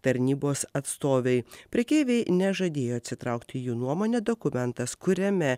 tarnybos atstovai prekeiviai nežadėjo atsitraukti jų nuomone dokumentas kuriame